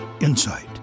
insight